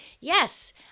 Yes